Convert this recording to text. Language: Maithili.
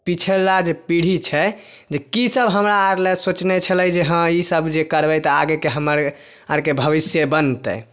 पिछला जे पीढ़ी छै जे की सब हमरा अर लए सोचने छलै जे हाँ ईसब जे करबै तऽ आगे के हमर अर के भविष्य बनतै